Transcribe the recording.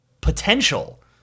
potential